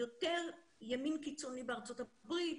יותר ימין קיצוני בארצות הברית,